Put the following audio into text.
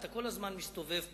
אתה כל הזמן מסתובב פה.